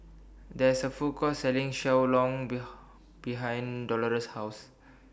There IS A Food Court Selling Xiao Long Bao behind Dolores' House